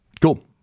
Cool